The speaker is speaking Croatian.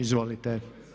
Izvolite.